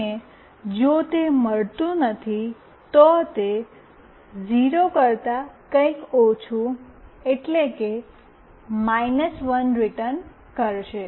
અને જો તે મળતું નથી તો તે 0 કરતા કંઈક ઓછું એટલે કે 1 રીટર્ન કરશે